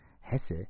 Hesse